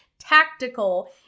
tactical